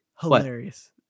Hilarious